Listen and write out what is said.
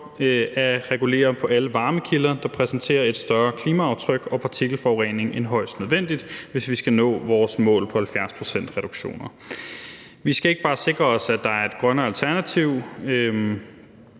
regulere på alle varmekilder, der præsenterer et større klimaaftryk og mere partikelforurening end højst nødvendigt, hvis vi skal nå vores mål på 70 pct. reduktioner. Vi skal ikke bare sikre os, at der er et grønnere alternativ